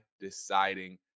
deciding